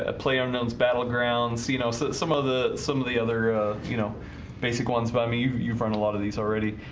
ah play unknowns battlegrounds you know so that some of the some of the other you know basic ones by me you've you've found a lot of these already